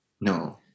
No